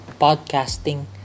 podcasting